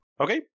Okay